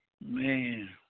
man